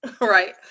right